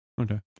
okay